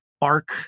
arc